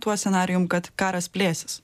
tuo scenarijum kad karas plėsis